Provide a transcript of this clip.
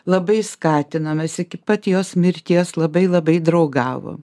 labai skatinamas iki pat jos mirties labai labai draugavo